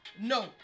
No